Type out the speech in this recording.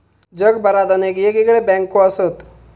जगभरात अनेक येगयेगळे बँको असत